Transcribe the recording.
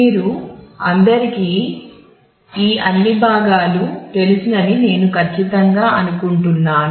మీ అందరికీ ఈ అన్ని భాగాలు తెలుసని నేను ఖచ్చితంగా అనుకుంటున్నాను